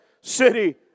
city